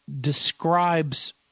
describes